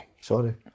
Sorry